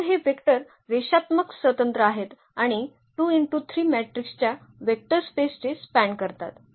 तर हे वेक्टर रेषात्मक स्वतंत्र आहेत आणि matrix च्या वेक्टर स्पेसचे स्पॅन करतात